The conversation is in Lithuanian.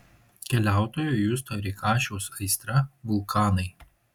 keliautojo justo rėkašiaus aistra vulkanai